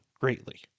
greatly